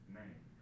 name